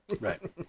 Right